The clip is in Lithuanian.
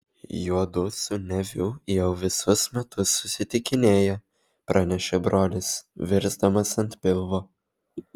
juodu su neviu jau visus metus susitikinėja pranešė brolis virsdamas ant pilvo